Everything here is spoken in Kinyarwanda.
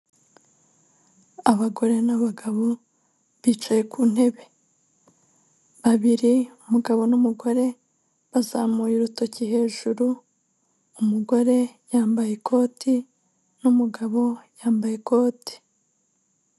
Abagore n'abagabo bicaye ku ntebe, babiri umugabo n'umugore bazamuye urutoki hejuru umugore, yambaye ikoti n'umugabo yambaye ikote.